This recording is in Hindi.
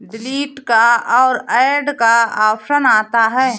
डिलीट का और ऐड का ऑप्शन आता है